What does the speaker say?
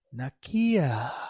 Nakia